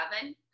oven